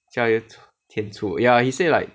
加油添醋 ya he say like